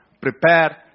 prepare